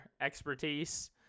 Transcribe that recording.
expertise